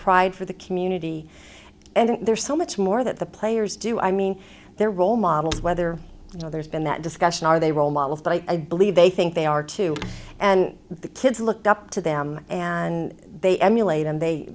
pride for the community and there's so much more that the players do i mean they're role models whether you know there's been that discussion are they role models but i believe they think they are two and the kids looked up to them and they emulate and they